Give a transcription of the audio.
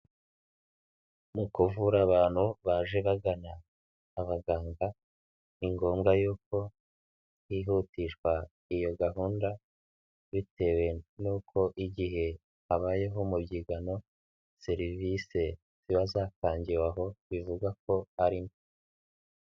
Mu kuvura abantu baje bagana abaganga ni ngombwa yuko hihutishwa iyo gahunda bitewe nuko igihe habayeho umubyigano serivise ziba zatangiwe aho bivuga ko ari mbi.